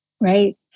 right